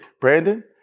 Brandon